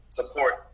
support